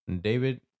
David